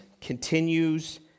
continues